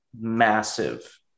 Massive